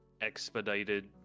expedited